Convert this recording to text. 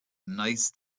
nice